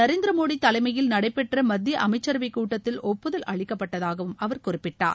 நரேந்திரமோடி தலைமயில் நடைபெற்ற மத்திய அமைச்சரவை கூட்டத்தில் ஒப்புதல் அளிக்கப்பட்டதாக அவர் குறிப்பிட்டார்